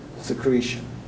secretion